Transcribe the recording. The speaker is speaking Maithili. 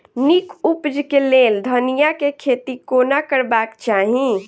नीक उपज केँ लेल धनिया केँ खेती कोना करबाक चाहि?